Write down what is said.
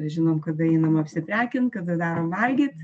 žinom kada einam apsiprekint kada darom valgyt